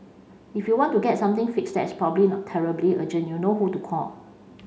if you want to get something fixed that is probably not terribly urgent you know who to call